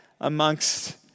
amongst